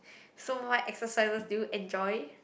so what exercises do you enjoy